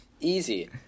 Easy